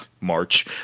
march